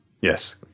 Yes